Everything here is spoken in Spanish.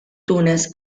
túnez